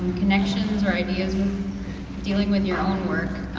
connections or ideas dealing with your own work.